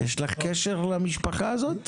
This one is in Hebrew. יש לך קשר למשפחה הזאת?